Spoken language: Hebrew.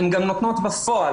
הן נותנות בפועל.